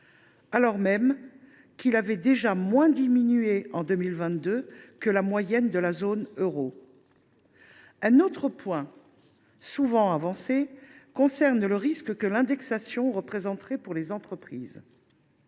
alors même qu’il avait déjà moins diminué que la moyenne de la zone euro en 2022. Un autre point, souvent avancé, concerne le risque que l’indexation représenterait pour les entreprises.